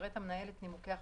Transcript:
יפרט המנהל את נימוקי החלטתו.